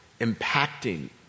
impacting